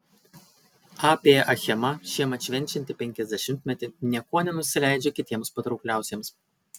ab achema šiemet švenčianti penkiasdešimtmetį niekuo nenusileidžia kitiems patraukliausiems